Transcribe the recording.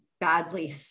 badly